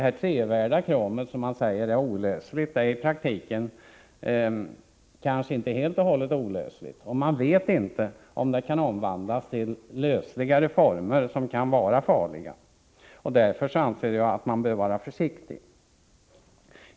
Det trevärda kromet, som man säger är olösligt, är i praktiken inte helt och hållet olösligt och man vet inte om det kan omvandlas till lösliga former, som kan vara farliga. Därför anser jag att man bör vara försiktig.